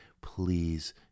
please